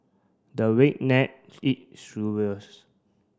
the redneck eat